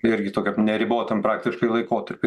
irgi tokiam neribotam praktiškai laikotarpiui